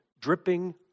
dripping